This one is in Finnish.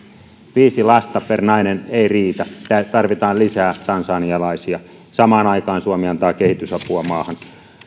viisi lasta per nainen ei riitä ja tarvitaan lisää tansanialaisia samaan aikaan suomi antaa kehitysapua maahan